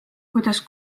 kuidas